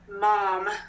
mom